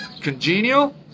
congenial